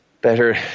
better